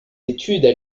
études